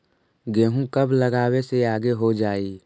गेहूं कब लगावे से आगे हो जाई?